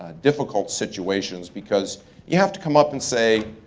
ah difficult situations because you have to come up and say,